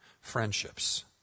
friendships